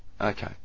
Okay